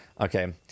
okay